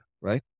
right